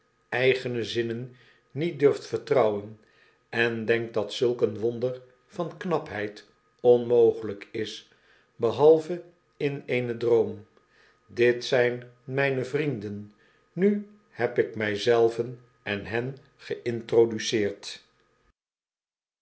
eigene zinnen niet durft vertrouwen en denkt dat zulk een wonder van knapheid onmogqlyk is behalve in eenen droom dit zyn mijne vrienden nu hebikmy zelven en hen geintroduceerd